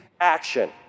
action